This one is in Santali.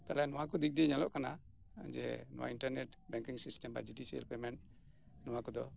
ᱛᱟᱞᱦᱮ ᱱᱚᱣᱟ ᱠᱚ ᱫᱤᱠ ᱫᱤᱭᱮ ᱧᱮᱞᱚᱜ ᱠᱟᱱᱟ ᱡᱮ ᱱᱚᱣᱟ ᱤᱱᱴᱟᱨᱱᱮᱹᱴ ᱵᱮᱝᱠᱤᱝ ᱥᱤᱥᱴᱮᱢ ᱵᱟ ᱰᱤᱡᱤᱴᱟᱞ ᱯᱮᱢᱮᱱᱴ ᱱᱚᱣᱟ ᱠᱚᱫᱚ